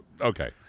Okay